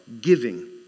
giving